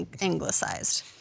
anglicized